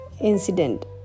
incident